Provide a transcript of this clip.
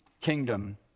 kingdom